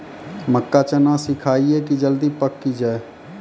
मक्का चना सिखाइए कि जल्दी पक की जय?